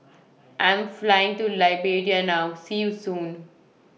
I'm Flying to Liberia now See YOU Soon